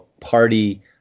party